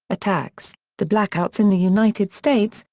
attacks the blackouts in the united states,